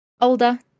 older